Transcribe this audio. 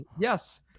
yes